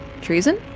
Treason